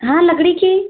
हाँ लकड़ी के